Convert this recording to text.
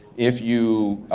if you